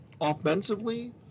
offensively